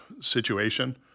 situation